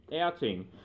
outing